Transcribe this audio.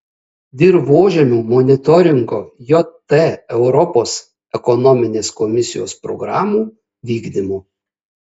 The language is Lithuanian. dirvožemių monitoringo jt europos ekonominės komisijos programų vykdymo